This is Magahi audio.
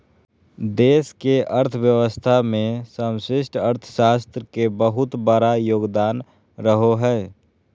देश के अर्थव्यवस्था मे समष्टि अर्थशास्त्र के बहुत बड़ा योगदान रहो हय